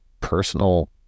personal